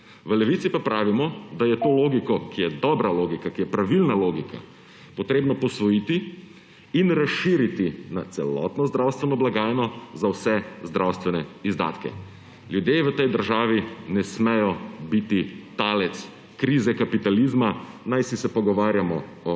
V Levici pa pravimo, da je to logiko, ki je dobra logika, ki je pravilna logika, treba posvojiti in razširiti na celotno zdravstveno blagajno za vse zdravstvene izdatke. Ljudje v tej državi ne smejo biti talec krize kapitalizma, naj se pogovarjamo o